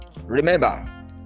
remember